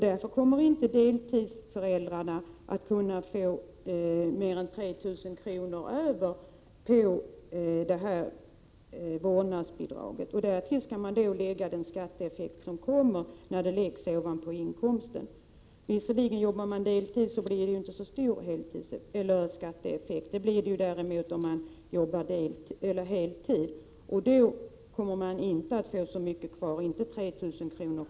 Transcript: Därför kommer inte föräldrar med barn placerade på deltid att få mer än 3 000 kr. över av vårdnadsbidraget när de har betalat barnomsorgsavgiften. Till detta skall läggas skatteeffekten av att bidraget läggs på toppen av inkomsten. Arbetar man deltid blir skatteeffekten inte så stor, men det blir den däremot om man arbetar heltid. Då kommer man inte att få ens 3 000 kr.